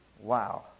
Wow